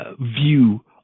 view